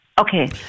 Okay